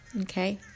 okay